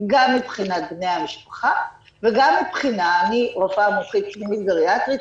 גם מבחינת בני המשפחה וגם מבחינה אני רופאה מומחית פנימית גריאטרית,